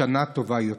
שנה טובה יותר.